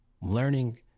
Learning